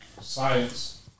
science